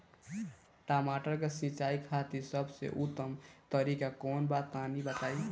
टमाटर के सिंचाई खातिर सबसे उत्तम तरीका कौंन बा तनि बताई?